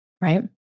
Right